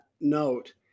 note